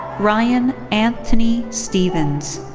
ryan antony stevens.